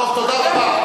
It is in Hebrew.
טוב, תודה רבה.